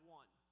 one